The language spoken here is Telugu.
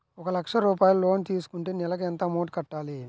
ఒక లక్ష రూపాయిలు లోన్ తీసుకుంటే నెలకి ఎంత అమౌంట్ కట్టాలి?